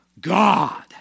God